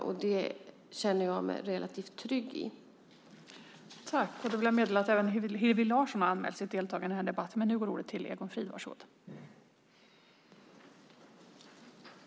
Jag känner mig relativt trygg med detta.